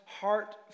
heart